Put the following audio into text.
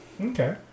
Okay